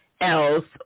else